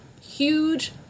huge